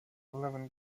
eleven